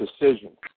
decision